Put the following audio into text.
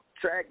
track